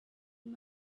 old